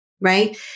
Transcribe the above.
right